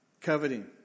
coveting